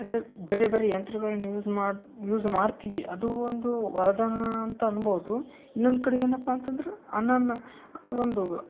ಅದೇ ಬೇರೆ ಬೇರೆ ಯಂತ್ರಗಳನ್ನು ಯೂಸ್ ಮಾಡಿ ಯೂಸ್ ಮಾಡ್ತೀವಿ ಅದು ಒಂದು ವರದಾನ ಅಂತ ಅನ್ಬೌದು ಇನ್ನೊಂದು ಕಡೆ ಏನಪ್ಪ ಅಂತಂದ್ರೆ ಅನನ್ ಅದು ಒಂದು